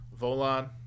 Volon